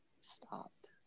stopped